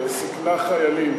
סיכנה חיילים